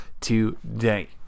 today